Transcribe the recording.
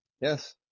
yes